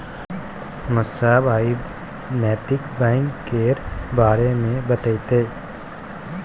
मास्साब आइ नैतिक बैंक केर बारे मे बतेतै